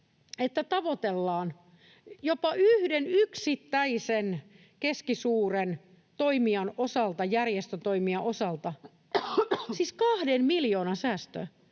tavoitellaan jopa yhden yksittäisen keskisuuren toimijan osalta, järjestötoimijan osalta, siis kahden miljoonan säästöä.